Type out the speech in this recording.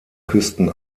küsten